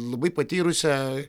labai patyrusią